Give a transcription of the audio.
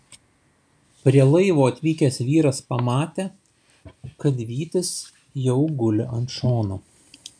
prie laivo atvykęs vyras pamatė kad vytis jau guli ant šono